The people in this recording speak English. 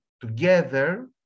Together